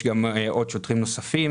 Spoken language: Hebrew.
יש שוטרים נוספים,